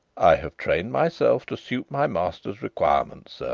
i have trained myself to suit my master's requirements, sir,